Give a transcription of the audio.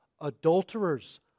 adulterers